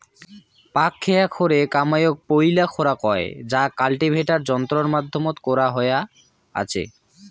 পাকখেয়া খোরে কামাইয়ক পৈলা খোরা কয় যা কাল্টিভেটার যন্ত্রর মাধ্যমত করা হয়া আচে